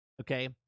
okay